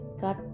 cut